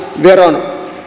veron